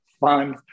fun